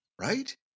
right